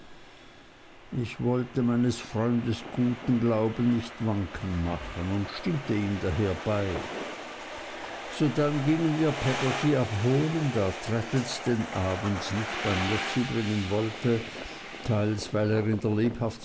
ich wollte meines freundes guten glauben nicht wanken machen und stimmte ihm daher bei sodann gingen wir peggotty abholen da traddles den abend nicht bei mir zubringen wollte teils weil er in der